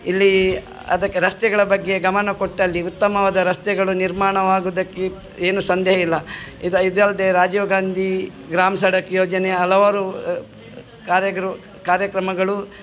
ಇಲ್ಲಿ ಅದಕ್ಕೆ ರಸ್ತೆಗಳ ಬಗ್ಗೆ ಗಮನ ಕೊಟ್ಟಲ್ಲಿ ಉತ್ತಮವಾದ ರಸ್ತೆಗಳು ನಿರ್ಮಾಣವಾಗುವುದಕ್ಕೆ ಏನು ಸಂದೇಹ ಇಲ್ಲ ಇದು ಇದಲ್ಲದೆ ರಾಜೀವ್ ಗಾಂಧೀ ಗ್ರಾಮ್ ಸಡಕ್ ಯೋಜನೆ ಹಲವಾರು ಕಾರ್ಯಕ್ರಮಗಳು